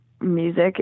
music